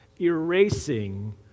erasing